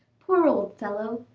poor old fellow!